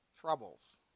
troubles